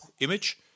image